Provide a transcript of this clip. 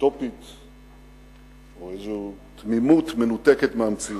אוטופית או איזו תמימות מנותקת מהמציאות.